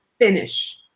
finish